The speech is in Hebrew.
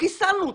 חיסלנו אותם.